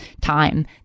time